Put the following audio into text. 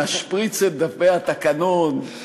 נשפריץ את דפי התקנון?